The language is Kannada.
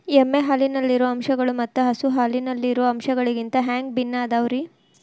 ಎಮ್ಮೆ ಹಾಲಿನಲ್ಲಿರೋ ಅಂಶಗಳು ಮತ್ತ ಹಸು ಹಾಲಿನಲ್ಲಿರೋ ಅಂಶಗಳಿಗಿಂತ ಹ್ಯಾಂಗ ಭಿನ್ನ ಅದಾವ್ರಿ?